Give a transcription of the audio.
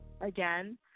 again